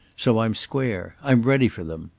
so i'm square. i'm ready for them.